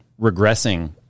regressing